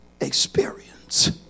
experience